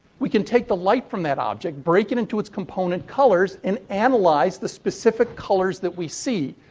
we can take the light from that object, break it into its component colors, and analyze the specific colors that we see,